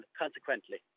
consequently